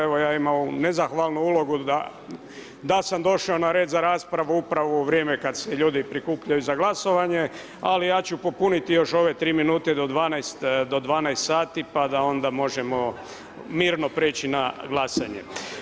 Evo ja imam nezahvalnu ulogu, da sam došao na red za raspravu upravo u vrijeme kada se ljudi prikupljaju za glasovanje, ali ja ću popuniti još ove 3 minute do 12 sati, pa da onda možemo mirno preći na glasanje.